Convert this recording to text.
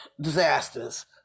disasters